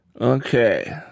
Okay